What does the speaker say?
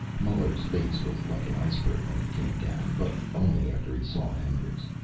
muller's face was like an iceberg when he came down but only after he saw hendrix.